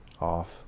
off